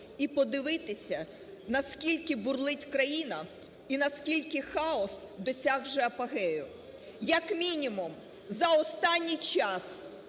і подивитися, наскільки бурлить країна і наскільки хаос досяг вже апогею. Як мінімум, за останній час